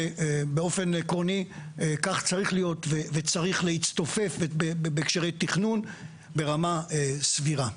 ובאופן עקרוני כך צריך להיות וצריך להצטופף בהקשרי תכנון ברמה סבירה,